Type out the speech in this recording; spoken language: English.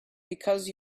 because